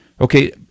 Okay